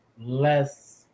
less